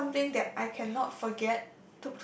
it is something that I cannot forget